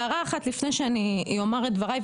הערה אחת לפני שאני אומר את דבריי,